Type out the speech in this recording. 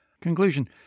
Conclusion